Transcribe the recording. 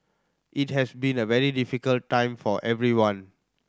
it has been a very difficult time for everyone